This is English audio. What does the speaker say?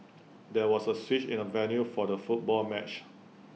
there was A switch in the venue for the football match